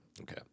okay